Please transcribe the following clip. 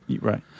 Right